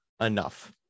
enough